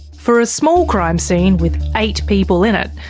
for a small crime scene with eight people in it,